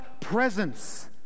presence